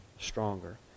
stronger